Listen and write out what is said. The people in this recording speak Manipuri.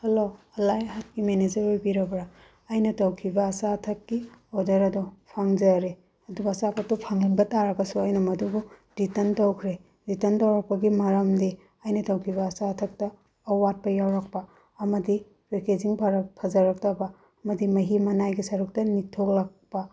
ꯍꯜꯂꯣ ꯑꯜꯍꯥꯌꯠꯀꯤ ꯃꯦꯅꯦꯖꯔ ꯑꯣꯏꯕꯤꯔꯕ꯭ꯔꯥ ꯑꯩꯅ ꯇꯧꯈꯤꯕ ꯑꯆꯥ ꯑꯊꯛꯀꯤ ꯑꯣꯗꯔ ꯑꯗꯣ ꯐꯪꯖꯔꯦ ꯑꯗꯨꯒ ꯑꯆꯥꯄꯣꯠꯇꯣ ꯐꯪꯍꯟꯕ ꯇꯥꯔꯕꯁꯨ ꯑꯩꯅ ꯃꯗꯨꯕꯨ ꯔꯤꯇꯟ ꯇꯧꯈ꯭ꯔꯦ ꯔꯤꯇꯟ ꯇꯧꯔꯛꯄꯒꯤ ꯃꯔꯝꯗꯤ ꯑꯩꯅ ꯇꯧꯈꯤꯕ ꯑꯆꯥ ꯑꯊꯛꯇ ꯑꯋꯥꯠꯄ ꯌꯥꯎꯔꯛꯄ ꯑꯃꯗꯤ ꯄꯦꯀꯦꯖꯤꯡ ꯐꯖꯔꯛꯇꯕ ꯑꯃꯗꯤ ꯃꯍꯤ ꯃꯅꯥꯏꯒꯤ ꯁꯔꯨꯛꯇ ꯅꯤꯡꯊꯣꯛꯂꯛꯄ